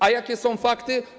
A jakie są fakty?